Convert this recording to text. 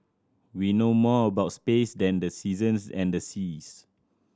we know more about space than the seasons and the seas